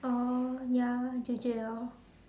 oh ya J_J lor